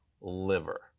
liver